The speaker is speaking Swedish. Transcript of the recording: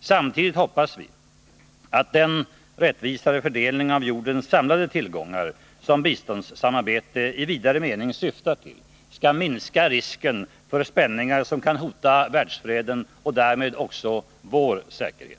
Samtidigt hoppas vi att den rättvisare fördelning av jordens samlade tillgångar som biståndssamarbete i vidare mening syftar till skall minska risken för spänningar som kan hota världsfreden och därmed också vår säkerhet.